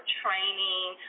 training